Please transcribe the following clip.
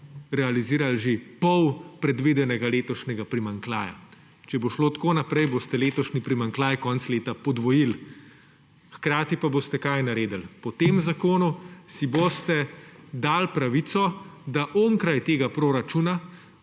realizirali že pol predvidenega letošnjega primanjkljaja. Če bo šlo tako naprej, boste letošnji primanjkljaj konec leta podvojili. Hkrati pa boste – kaj naredili? Po tem zakonu si boste dali pravico, da onkraj tega proračuna,